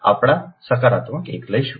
તેથી આપણે સકારાત્મક 1 લઈશું